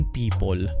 people